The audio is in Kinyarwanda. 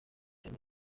muri